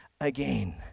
again